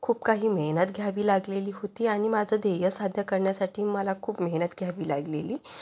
खूप काही मेहनत घ्यावी लागलेली होती आणि माझं ध्येय साध्य करण्यासाठी मला खूप मेहनत घ्यावी लागलेली